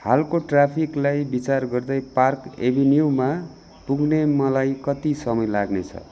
हालको ट्राफिकलाई विचार गर्दै पार्क एभिन्यूमा पुग्ने मलाई कति समय लाग्नेछ